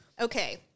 Okay